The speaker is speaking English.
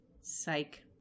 Psych